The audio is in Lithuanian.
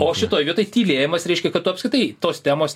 o šitoj vietoj tylėjimas reiškia kad tu apskritai tos temos